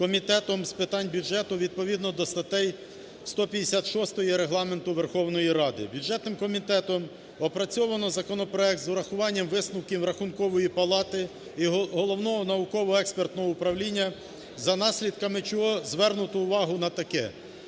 Комітетом з питань бюджету відповідно до статті 156 Регламенту Верховної Ради. Бюджетним комітетом опрацьовано законопроект з урахуванням висновків Рахункової палати і Головного науково-експертного управління за наслідком чого звернуто увагу на таке.